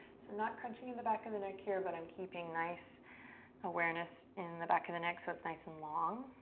so not crunching the back of the neck here, but i'm keeping nice awareness in the back of the neck so it's nice and long.